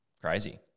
crazy